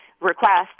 request